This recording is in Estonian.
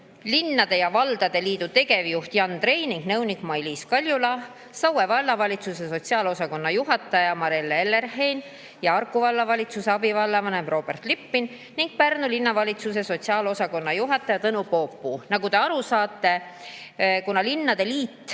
linnade ja valdade liidu tegevjuht Jan Trei ning nõunik Mailiis Kaljula, Saue Vallavalitsuse sotsiaalosakonna juhataja Marelle Erlenheim ja Harku Vallavalitsuse abivallavanem Robert Lippin ning Pärnu Linnavalitsuse sotsiaalosakonna juhataja Tõnu Poopuu. Nagu te aru saate, kuna linnade liit